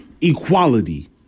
equality